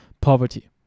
poverty